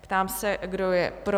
Ptám se, kdo je pro?